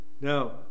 Now